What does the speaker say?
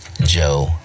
Joe